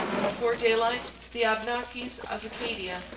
before daylight the abnakis of acadia,